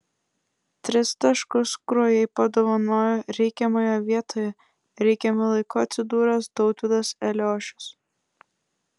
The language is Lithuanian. tris taškus kruojai padovanojo reikiamoje vietoje reikiamu laiku atsidūręs tautvydas eliošius